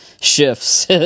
shifts